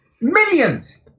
millions